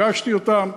פגשתי אותן,